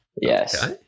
Yes